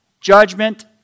Judgment